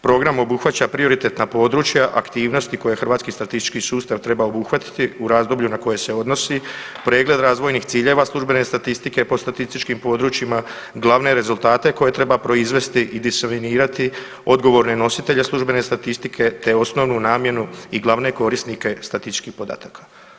Program obuhvaća prioritetna područja, aktivnosti koje hrvatski statistički sustav treba obuhvatiti u razdoblju na koje se odnosi, pregled razvojnih ciljeva službene statistike po statističkim područjima, glavne rezultate koje treba proizvesti i diseminirati odgovorne nositelje službene statistike te osnovnu namjenu i glavne korisnike statističkih podataka.